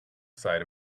side